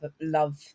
love